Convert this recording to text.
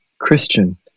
Christian